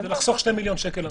זה לחסוך שני מיליון שקל.